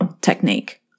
technique